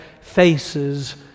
faces